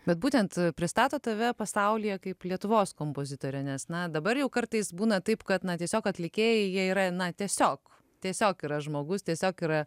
bet būtent pristato tave pasaulyje kaip lietuvos kompozitorę nes na dabar jau kartais būna taip kad na tiesiog atlikėjai jie yra na tiesiog tiesiog yra žmogus tiesiog yra